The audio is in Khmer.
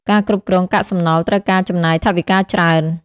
ការគ្រប់គ្រងកាកសំណល់ត្រូវការចំណាយថវិកាច្រើន។